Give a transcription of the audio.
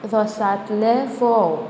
रोसांतले फोव